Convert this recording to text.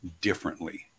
differently